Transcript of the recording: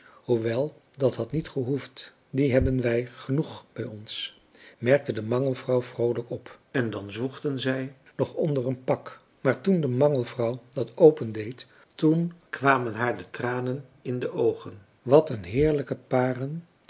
hoewel dat had niet gehoefd die hebben wij genoeg bij ons merkte de mangelvrouw vroolijk op en dan zwoegden zij nog onder een pak maar toen de mangelvrouw dat opendeed toen kwamen haar de tranen in de oogen wat een heerlijke paren